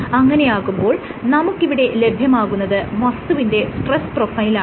അങ്ങനെയാകുമ്പോൾ നമുക്കിവിടെ ലഭ്യമാകുന്നത് വസ്തുവിന്റെ സ്ട്രെസ് പ്രൊഫൈൽ ആണ്